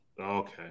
Okay